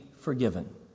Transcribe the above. forgiven